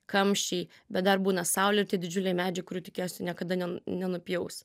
kamščiai bet dar būna saulėti didžiuliai medžiai kurių tikiuosi niekada nenu nenupjaus